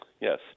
Yes